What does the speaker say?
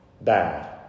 bad